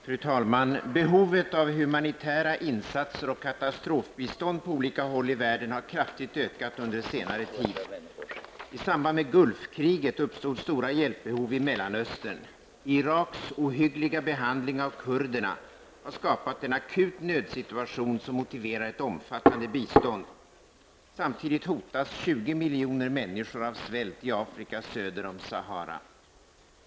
Fru talman! Behovet av humanitära insatser och katastrofbistånd på olika håll i världen har kraftigt ökat under senare tid. I samband med Gulfkriget uppstod stora hjälpbehov i Mellanöstern. Iraks ohyggliga behandling av kurderna har skapat en akut nödsituation som motiverar ett omfattande bistånd. Samtidigt hotas 20 miljoner människor av svält i Afrika söder om Sahara.